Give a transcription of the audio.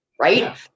Right